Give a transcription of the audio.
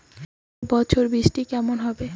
এবছর বৃষ্টি কেমন হবে?